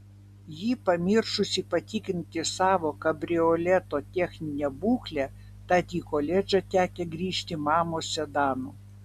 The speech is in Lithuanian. ji pamiršusi patikrinti savo kabrioleto techninę būklę tad į koledžą tekę grįžti mamos sedanu